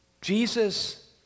Jesus